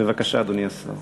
בבקשה, אדוני השר.